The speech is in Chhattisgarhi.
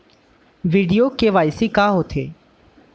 वीडियो के.वाई.सी का होथे